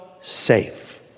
safe